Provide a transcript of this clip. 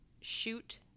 shoot